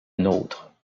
nôtre